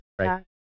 right